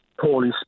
poorly